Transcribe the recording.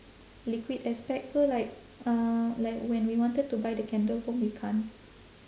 liquid aspect so like uh like when we wanted to buy the candle home we can't